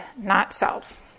not-self